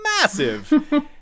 massive